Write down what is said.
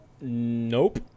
Nope